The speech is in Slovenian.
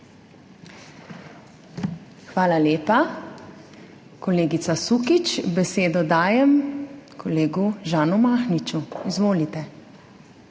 Hvala lepa, kolegica Sukič. Besedo dajem kolegu Žanu Mahniču. Izvolite.